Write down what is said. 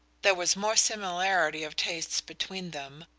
there was more similarity of tastes between them,